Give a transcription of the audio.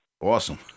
Awesome